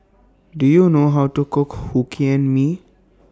Do YOU know How to Cook Hokkien Mee